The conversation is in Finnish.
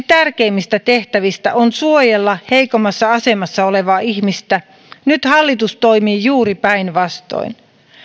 tärkeimmistä tehtävistä on suojella heikommassa asemassa olevaa ihmistä nyt hallitus toimii juuri päinvastoin